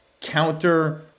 counter